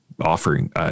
offering